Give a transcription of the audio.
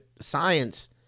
science